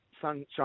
Sunshine